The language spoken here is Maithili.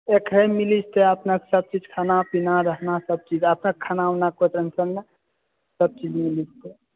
एखन मिलि जेतै अपनेके सबकिछु खाना पीना रहना सब चीज अपनेके खाना उना के कोइ टेन्शन नहि